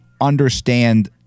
understand